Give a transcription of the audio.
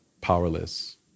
powerless